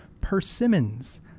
persimmons